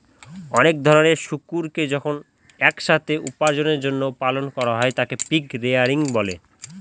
অনেক রকমের শুকুরকে যখন এক সাথে উপার্জনের জন্য পালন করা হয় তাকে পিগ রেয়ারিং বলে